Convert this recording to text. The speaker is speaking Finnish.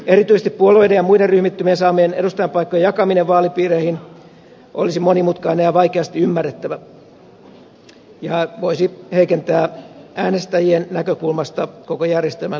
erityisesti puolueiden ja muiden ryhmittymien saamien edustajanpaikkojen jakaminen vaalipiireihin olisi monimutkaista ja vaikeasti ymmärrettävää ja voisi heikentää äänestäjien näkökulmasta koko järjestelmän legitimiteettiä